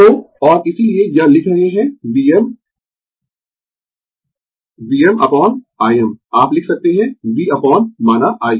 तो और इसीलिये यह लिख रहे है Vm IVm अपोन Im आप लिख सकते है V अपोन माना I